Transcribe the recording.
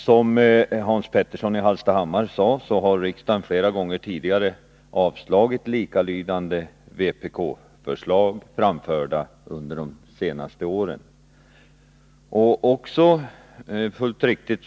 Som Hans Petersson i Hallstahammar sade, har riksdagen flera gånger tidigare avslagit likalydande vpk-förslag, framförda under de senaste åren.